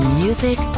music